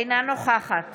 אינה נוכחת